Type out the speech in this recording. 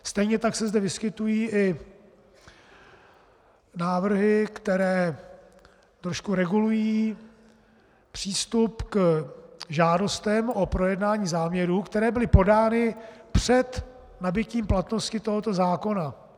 Stejně tak se zde vyskytují i návrhy, které trošku regulují přístup k žádostem o projednání záměru, které byly podány před nabytím platnosti tohoto zákona.